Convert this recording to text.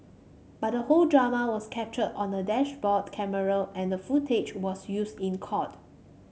but the whole drama was captured on a dashboard camera and the footage was used in court